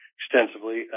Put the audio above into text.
extensively